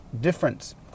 difference